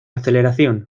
aceleración